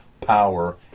power